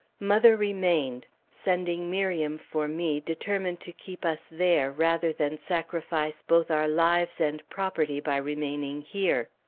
mother remained, sending miriam for me, determined to keep us there, rather than sacrifice both our lives and property by remaining here.